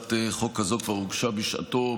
שהצעת החוק הזו כבר הוגשה בשעתו,